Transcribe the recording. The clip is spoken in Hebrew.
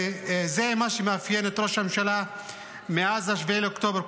זה מה שמאפיין את ראש הממשלה מאז 7 באוקטובר,